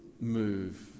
move